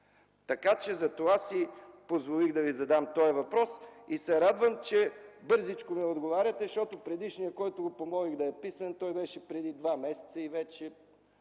България. Затова си позволих да Ви задам този въпрос и се радвам, че бързичко ми отговаряте, защото предишният, който помолих да е писмен, беше от преди два месеца и вече